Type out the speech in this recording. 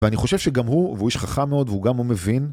ואני חושב שגם הוא, והוא איש חכם מאוד והוא גם הוא מבין.